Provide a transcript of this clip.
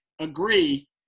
agree